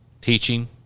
teaching